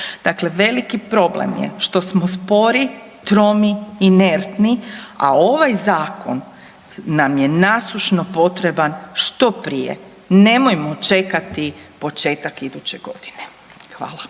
veliki problem je što smo spori, tromi, inertni, a ovaj zakon nam je nasušno potreban što prije. Nemojmo čekati početak iduće godine. Hvala.